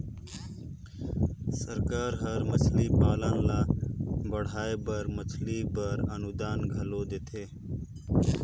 सरकार हर मछरी पालन ल बढ़ाए बर मछरी पालन बर अनुदान घलो देथे